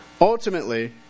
Ultimately